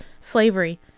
slavery